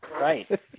Right